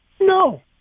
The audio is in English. No